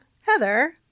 Heather